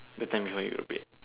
the time before you pray